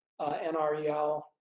NREL